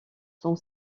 son